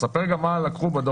תספר גם מה לקחו בדוח.